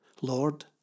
Lord